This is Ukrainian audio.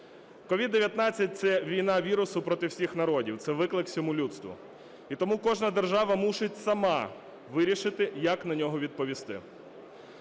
COVID-19 - це війна вірусу проти всіх народів, це виклик всьому людству. І тому кожна держава мусить вирішити, як на нього відповісти.